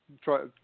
Try